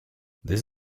this